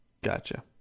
gotcha